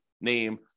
name